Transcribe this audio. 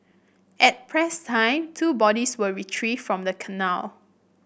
at press time two bodies were retrieved from the canal